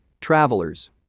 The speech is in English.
travelers